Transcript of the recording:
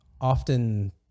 often